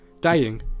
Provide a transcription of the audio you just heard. dying